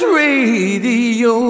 radio